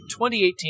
2018